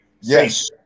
Yes